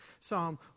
Psalm